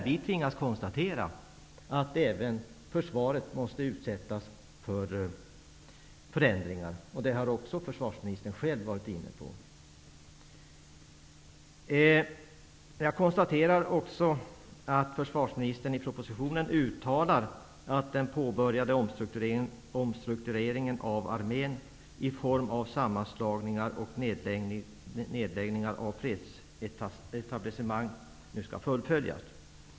Vi tvingas konstatera att även försvaret måste utsättas för förändringar. Det här har också försvarsministern varit inne på tidigare i dag. Jag konstaterar också att försvarsministern i propositionen uttalar att den påbörjade omstruktureringen av armén i form av sammanslagningar och nedläggningar av fredsetablissementet skall fullföljas.